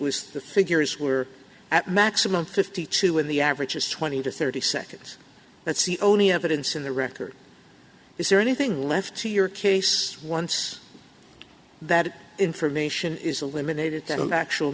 was the figures were at maximum fifty two when the average is twenty to thirty seconds that's the only evidence in the record is there anything left to your case once that information is eliminated then an actual